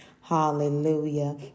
Hallelujah